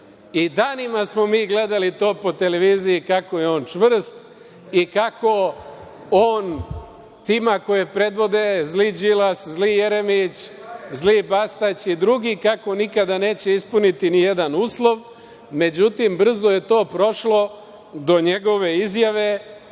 I danima smo mi gledali to po televiziji kako je on čvrst i kako on tim koje predvode zli Đilas, zli Jeremić, zli Bastać i drugi, kako nikada neće ispuniti ni jedan uslov. Međutim, brzo je to prošlo do njegove izjave